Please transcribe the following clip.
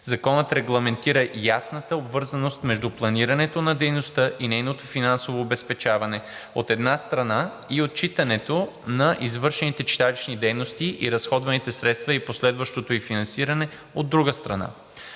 Законът регламентира ясната обвързаност между планирането на дейността и нейното финансово обезпечаване, от една страна, и отчитането на извършените читалищни дейности и разходваните средства и последващото ѝ финансиране, от друга страна.